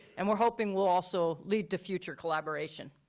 and we're hoping will also lead to future collaboration.